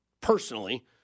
personally